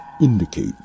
indicate